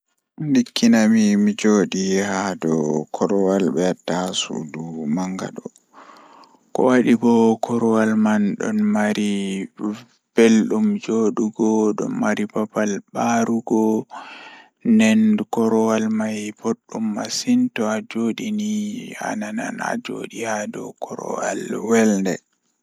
Ndikkinami mi jooɗa haa dow korowal Miɗo yiɗi jooɗi e ñaawo mawɗo, kono mi waawi jooɗi e fitina tawa mi ɗaɗi. Kadi miɗo waɗi yowtere e dabbunde tawi o naatataa laawol.